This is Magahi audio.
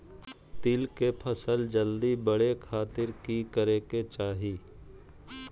तिल के फसल जल्दी बड़े खातिर की करे के चाही?